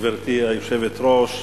גברתי היושבת-ראש,